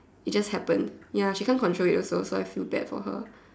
it just happens ya she can't control it also so I feel bad for her